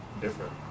different